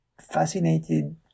fascinated